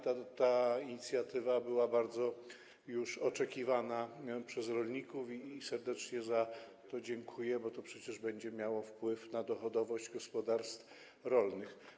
Ta inicjatywa była już bardzo oczekiwana przez rolników i serdecznie za to dziękuję, bo to przecież będzie miało wpływ na dochodowość gospodarstw rolnych.